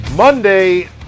Monday